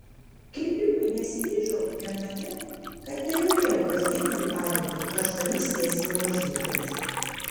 kirpimui nesiryžau vien todėl kad nenorėjau kasdien jų alinti karštomis tiesinimo žnyplėmis